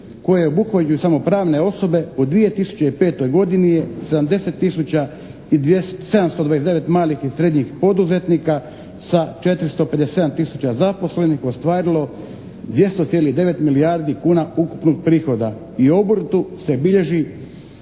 koje obuhvaćaju samo pravne osobe u 2005. godini je 70 tisuća 729 malih i srednjih poduzetnika sa 457 tisuća zaposlenih ostvarilo 200,9 milijardi kuna ukupnog prihoda. I u obrtu se bilježi